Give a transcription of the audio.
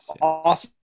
awesome